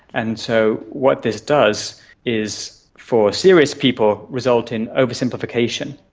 and so what this does is for serious people result in oversimplification,